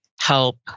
help